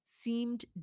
seemed